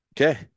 Okay